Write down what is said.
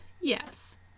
Yes